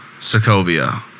Sokovia